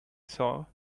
saw